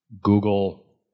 Google